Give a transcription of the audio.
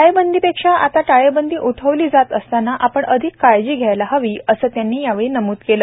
टाळेबंदीपेक्षा आता टाळेबंदी उठवली जात असताना आपण अधिक काळजी घ्यायला हवी असं त्यांनी यावेळी नम्द केलं